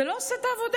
זה לא עושה את העבודה.